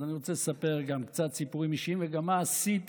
אז אני רוצה לספר גם קצת סיפורים אישיים וגם מה עשיתי,